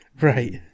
right